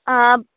Abu